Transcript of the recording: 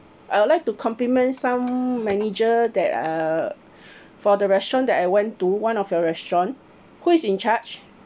I would like to compliment some manager that uh for the restaurant that I went to one of your restaurants who is in charge